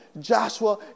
Joshua